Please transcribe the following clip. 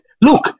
Look